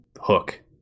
hook